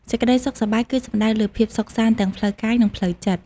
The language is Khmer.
សេចក្តីសុខសប្បាយគឺសំដៅលើភាពសុខសាន្តទាំងផ្លូវកាយ និងផ្លូវចិត្ត។